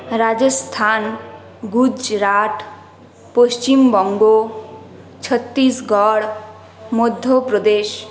Rajasthan Gujarat Paschimbanga Chhattisgarh Madhya Pradesh